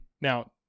Now